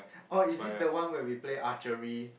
oh is it the one where we play archery